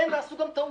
כן, נעשו גם טעויות.